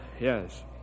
Yes